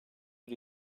bir